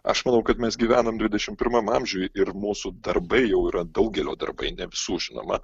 aš manau kad mes gyvenam dvidešim pirmam amžiuj ir mūsų darbai jau yra daugelio darbai ne visų žinoma